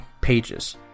pages